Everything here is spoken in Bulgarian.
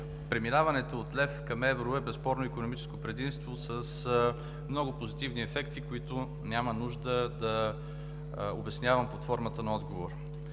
преминаването от лев към евро е безспорно икономическо предимство с много позитивни ефекти, които няма нужда да обяснявам под формата на отговор.